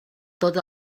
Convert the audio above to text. tot